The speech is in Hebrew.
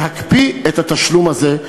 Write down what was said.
להקפיא את התשלום הזה,